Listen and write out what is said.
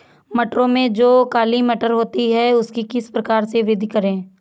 मटरों में जो काली मटर होती है उसकी किस प्रकार से वृद्धि करें?